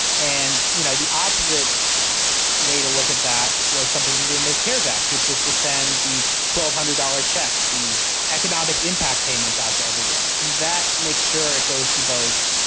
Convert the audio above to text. and, you know, the opposite way to look at that was something that in the keres act, which was to send the twelve hundred dollar checks, the economic impact payments out to everyone. and that makes sure it goes to both.